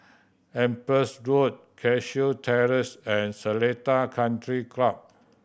Empress Road Cashew Terrace and Seletar Country Club